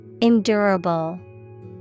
Endurable